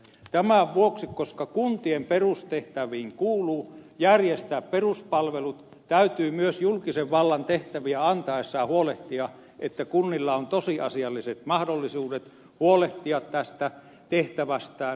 tämän vuoksi koska kuntien perustehtäviin kuuluu järjestää peruspalvelut täytyy myös julkisen vallan tehtäviä antaessaan huolehtia että kunnilla on tosiasialliset mahdollisuudet huolehtia tästä tehtävästään